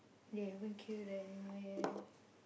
they haven't kill the animal yet